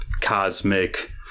cosmic